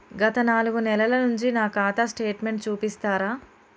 గత నాలుగు నెలల నుంచి నా ఖాతా స్టేట్మెంట్ చూపిస్తరా?